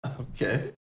Okay